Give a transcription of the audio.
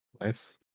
Nice